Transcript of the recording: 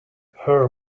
her